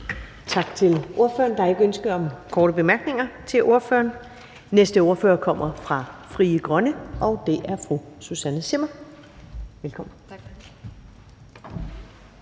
Tak til ordføreren. Der er ikke ønsker om korte bemærkninger til ordføreren. Den næste ordfører kommer fra Frie Grønne, og det er fru Susanne Zimmer. Velkommen.